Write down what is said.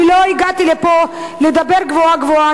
לא הגעתי לפה על מנת לדבר גבוהה-גבוהה,